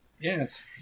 Yes